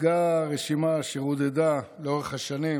הוצגה רשימה שרודדה לאורך השנים,